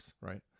right